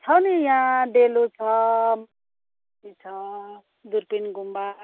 छ नि यहाँ डेलो छ दुर्बिन गुम्बा